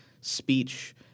speech